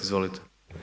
Izvolite.